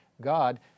God